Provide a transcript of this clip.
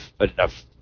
enough